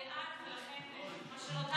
גם שר,